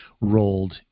rolled